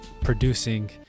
producing